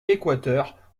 équateur